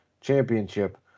championship